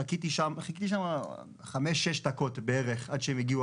חיכיתי שם 5-6 דקות בערך עד שהם הגיעו.